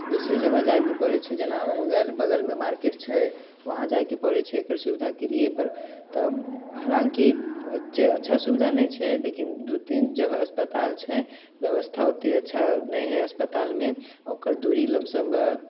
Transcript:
दोसरे जगह जाएके पड़ैत छै जेना भऽ गेल बगलमे मार्केट छै वहाँ जायके पड़ैत छै सुबिधाके लिए तऽ हालाँकि अच्छा सुबिधा नहि छै लेकिन दू तीन जगह अस्पताल छै बेवस्था ओतेक अच्छा नहि हय अस्पतालमे ओकर दूरी लमसम